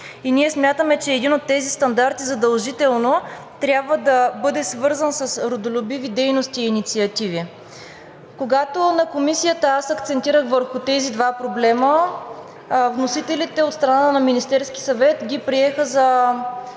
Ние смятаме, че един от тези стандарти задължително трябва да бъде свързан с родолюбиви дейности и инициативи. Когато на Комисията аз акцентирах върху тези два проблема, вносителите от страна на Министерския съвет ги приеха за